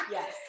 Yes